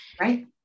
right